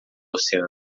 oceano